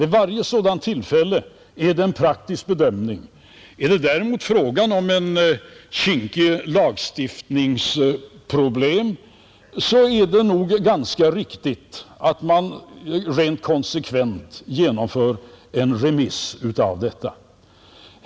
Vid varje sådant tillfälle är det en praktisk bedömning. Är det däremot fråga om ett kinkigt lagstiftningsproblem så är det nog ganska riktigt att man rent konsekvent genomför en remiss utav detta.